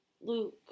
Luke